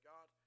God